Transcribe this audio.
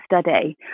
study